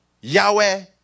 Yahweh